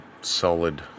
solid